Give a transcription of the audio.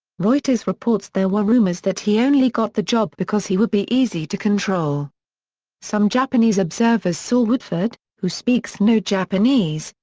reuters reports there were rumours that he only got the job because he would be easy to control some japanese observers saw woodford, who speaks no japanese,